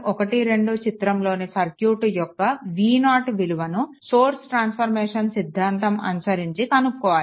12 చిత్రంలోని సర్క్యూట్ యొక్క v0 విలువను సోర్స్ ట్రాన్స్ఫర్మేషన్ సిద్దాంతం అనుసరించి కనుక్కోవాలి